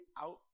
out